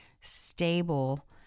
stable